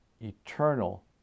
eternal